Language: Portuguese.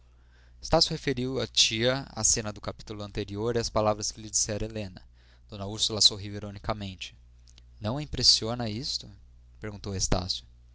estácio referiu à tia a cena do capítulo anterior e as palavras que lhe dissera helena d úrsula sorriu ironicamente não a impressiona isto perguntou estácio